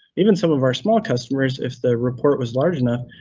even some of our small customers, if the report was large enough,